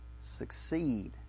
succeed